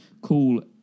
cool